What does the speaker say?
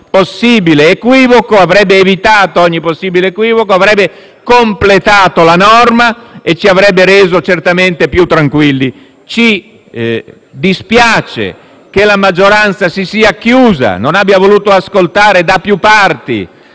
mafiose. Questo avrebbe evitato ogni possibile equivoco, avrebbe completato la norma e ci avrebbe reso certamente più tranquilli. Ci dispiace che la maggioranza si sia chiusa, non abbia voluto ascoltare coloro